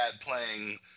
playing